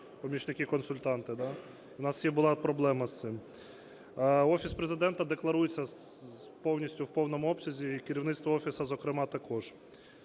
помічники-консультанти. У нас була проблема з цим. Офіс Президента декларується повністю у повному обсязі і керівництво Офісу, зокрема, також.